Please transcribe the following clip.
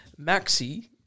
Maxi